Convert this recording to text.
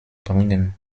bringen